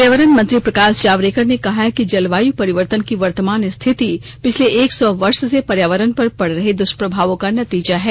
पर्यावरण मंत्री प्रकाश जावड़ेकर ने कहा है कि जलवाय परिवर्तन की वर्तमान स्थिति पिछले एक सौ वर्ष से पर्यावरण पर पड़ रहे दुष्प्रभावों का नतीजा है